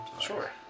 Sure